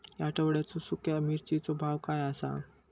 या आठवड्याचो सुख्या मिर्चीचो भाव काय आसा?